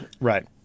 Right